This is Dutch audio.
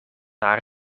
haar